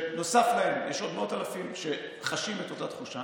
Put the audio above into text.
שנוסף עליהם יש עוד מאות אלפים שחשים את אותה תחושה,